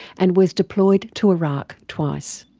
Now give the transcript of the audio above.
and was deployed to iraq twice.